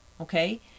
okay